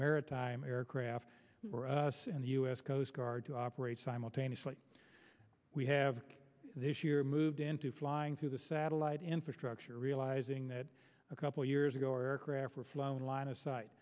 maritime aircraft for us and the u s coast guard to operate simultaneously we have this year moved into flying through the satellite infrastructure realizing that a couple of years ago or a craft were flown a line of si